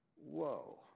Whoa